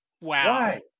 Wow